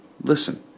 Listen